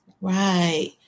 Right